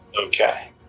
okay